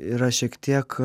yra šiek tiek